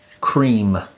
cream